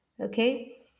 okay